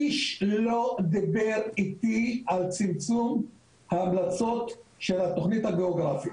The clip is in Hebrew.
איש לא דיבר איתי על צמצום ההמלצות של התכנית הגיאוגרפית,